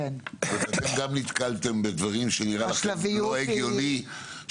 גם אתם נתקלתם בדברים שנראו לכם לא הגיוניים,